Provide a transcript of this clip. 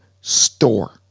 store